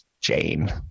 Jane